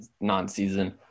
non-season